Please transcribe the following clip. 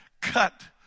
cut